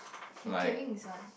your craving this one